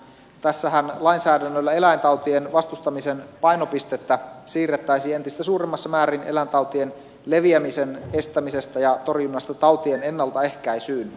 tässähän lainsäädännöllä eläintautien vastustamisen painopistettä siirrettäisiin entistä suuremmassa määrin eläintautien leviämisen estämisestä ja torjunnasta tautien ennaltaehkäisyyn